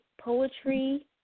Poetry